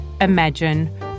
imagine